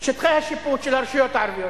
שטחי השיפוט של הרשויות הערביות,